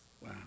Wow